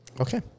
okay